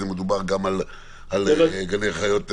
מדובר גם על גני חיות אחרים.